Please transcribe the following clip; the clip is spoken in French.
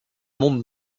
monde